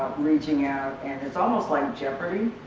reaching out, and it's almost like jeopardy